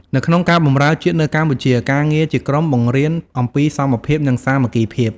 នៅក្នុងការបម្រើជាតិនៅកម្ពុជា ការងារជាក្រុមបង្រៀនអំពីសមភាព និងសាមគ្គីភាព។